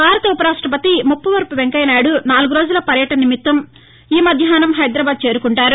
భారత ఉప రాష్టపతి ముప్పవరపు వెంకయ్యనాయుడు నాలుగురోజుల పర్యటన నిమత్తం ఈ మధ్యాహ్నం హైదరాబాద్ చేరుకుంటారు